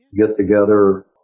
get-together